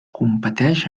competeix